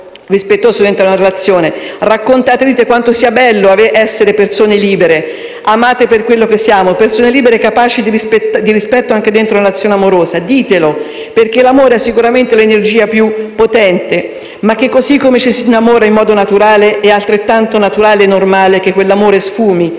rispettoso all'interno di una relazione, quanto sia bello essere persone libere; amateci per quello che siamo, e cioè persone libere capaci di rispetto anche all'interno di una relazione amorosa. Ditelo, perché l'amore è sicuramente l'energia più potente, ma così, come ci si innamora in modo naturale, è altrettanto naturale e normale che quell'amore sfumi,